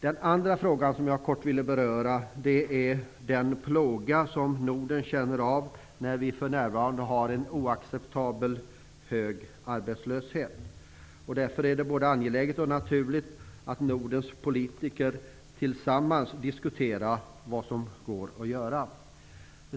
Den andra frågan som jag kort ville beröra är den plåga som Norden känner av när vi för närvarande har en oacceptabelt hög arbetslöshet. Därför är det både angeläget och naturligt att Nordens politiker tillsammans diskuterar vad som går att göra.